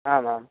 आम् आम्